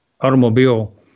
automobile